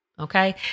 Okay